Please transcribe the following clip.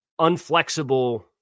unflexible